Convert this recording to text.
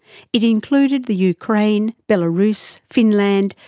it included the ukraine, belarus, finland,